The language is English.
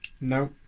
No